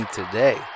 today